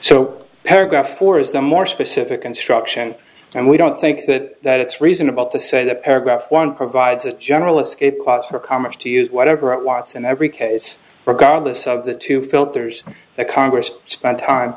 so paragraph four is the more specific instruction and we don't think that that it's reasonable to say that paragraph one provides a general escape for comments to use whatever it wants in every case regardless of the two filters that congress spent time